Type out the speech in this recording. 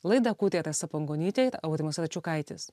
laidą kūrė rasa pangonytė ir aurimas račiukaitis